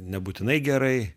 nebūtinai gerai